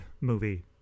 movie